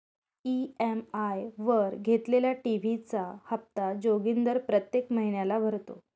EMI वर घेतलेल्या TV चा हप्ता जोगिंदर प्रत्येक महिन्याला भरतो